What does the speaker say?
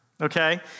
Okay